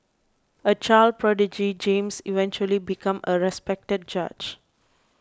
a child prodigy James eventually became a respected judge